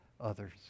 others